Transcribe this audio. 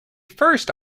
first